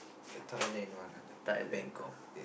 the Thailand one lah the the Bangkok